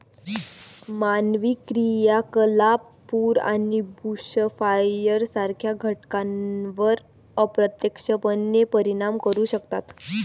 मानवी क्रियाकलाप पूर आणि बुशफायर सारख्या घटनांवर अप्रत्यक्षपणे परिणाम करू शकतात